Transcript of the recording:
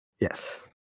Yes